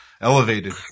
elevated